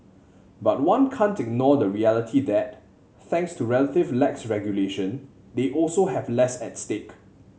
but one can't ignore the reality that thanks to relative lax regulation they also have less at stake